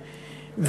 מאנטרקטיקה,